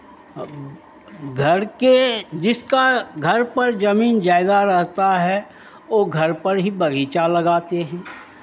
घर के जिसका घर पर जमीन ज़्यादा रहता है वो घर पर ही बगीचा लगाते हैं